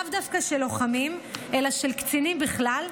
לאו דווקא של לוחמים אלא של קצינים בכלל,